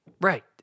Right